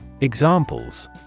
Examples